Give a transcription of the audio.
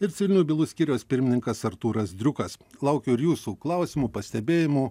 ir civilinių bylų skyriaus pirmininkas artūras driukas laukiu ir jūsų klausimų pastebėjimų